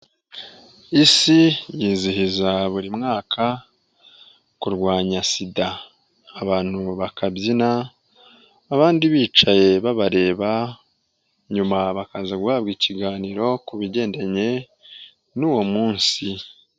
Isi yizihiza buri mwaka kurwanya SIDA. Abantu bakabyina, abandi bicaye babareba, nyuma bakaza guhabwa ikiganiro kubigendanye n'uwo munsi.